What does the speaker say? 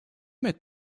met